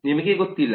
ನಿಮಗೆ ಗೊತ್ತಿಲ್ಲ